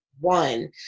One